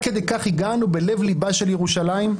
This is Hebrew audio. אני בעצמי הייתי מפקד טנק, שירתי בשטחים.